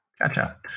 Gotcha